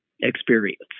experience